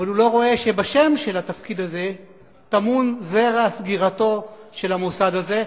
אבל הוא לא רואה שבשם של התפקיד הזה טמון זרע סגירתו של המוסד הזה,